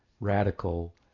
radical